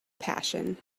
passion